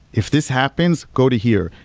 if this happens, go to here.